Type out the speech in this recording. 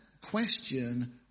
question